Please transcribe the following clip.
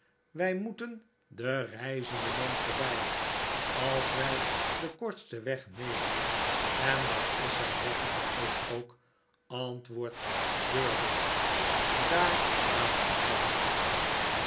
wij moeten de reizende man voorbij als wij den kortsten weg nemen en dat is zijn weg naar huis ook antwoordt durdels daar laten wij hem achter